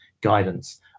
guidance